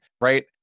right